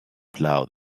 plough